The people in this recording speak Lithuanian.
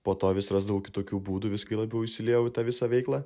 po to vis rasdavau kitokių būdų vis kai labiau įsiliejau į tą visą veiklą